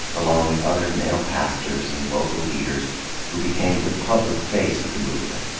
along with other male pastors and local leaders who became the public face of the movement.